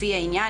לפי העניין,